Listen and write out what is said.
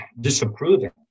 disapproving